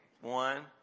one